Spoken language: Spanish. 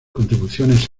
contribuciones